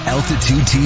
Altitude